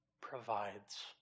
provides